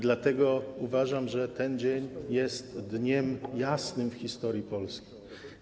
Dlatego uważam, że ten dzień jest dniem jasnym w historii Polski.